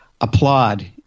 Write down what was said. applaud